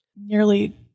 nearly